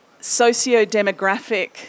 socio-demographic